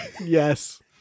Yes